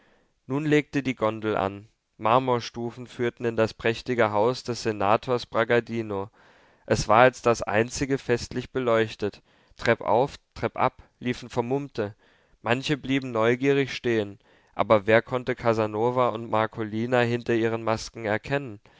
nun legte die gondel an marmorstufen führten in das prächtige haus des senators bragadino es war als das einzige festlich beleuchtet treppauf treppab liefen vermummte manche blieben neugierig stehen aber wer konnte casanova und marcolina hinter ihren masken erkennen